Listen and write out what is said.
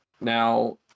Now